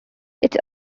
its